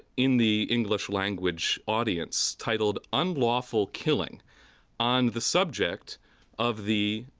in the english-language audience, titled unlawful killing on the subject of the